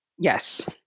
Yes